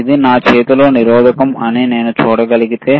ఇది నా చేతిలో నిరోధకం ని నేను చూడగలిగితే